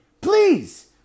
please